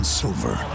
silver